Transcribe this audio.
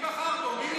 מי בחר בו?